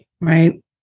Right